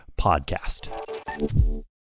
podcast